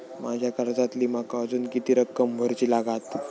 माझ्या कर्जातली माका अजून किती रक्कम भरुची लागात?